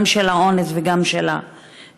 גם של האונס וגם של האיומים?